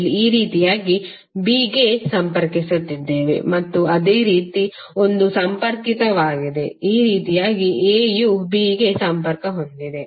ಇಲ್ಲಿ ಈ ರೀತಿಯಾಗಿ b ಗೆ ಸಂಪರ್ಕಿಸುತ್ತಿದ್ದೇವೆ ಮತ್ತು ಅದೇ ರೀತಿ ಒಂದು ಸಂಪರ್ಕಿತವಾಗಿದೆ ಈ ರೀತಿಯಾಗಿ a ಯು b ಗೆ ಸಂಪರ್ಕ ಹೊಂದಿದೆ